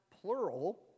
plural